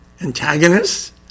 antagonists